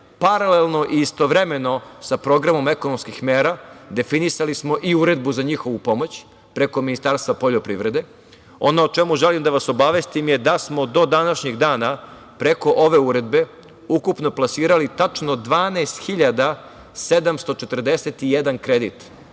paralelno i istovremeno sa programom ekonomskih mera definisali smo i uredbu za njihovu pomoć preko Ministarstva poljoprivrede. Ono o čemu želim da vas obavestim je da smo do današnjeg dana preko ove uredbe ukupno plasirali tačno 12.741 kredit